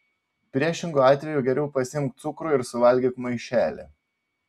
priešingu atveju geriau pasiimk cukrų ir suvalgyk maišelį